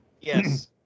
Yes